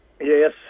Yes